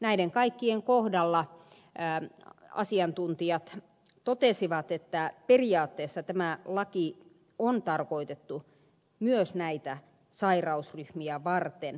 näiden kaikkien kohdalla asiantuntijat totesivat että periaatteessa tämä laki on tarkoitettu myös näitä sairausryhmiä varten